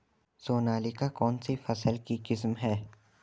सोनालिका कौनसी फसल की किस्म है?